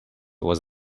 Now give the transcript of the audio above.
was